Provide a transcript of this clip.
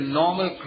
normal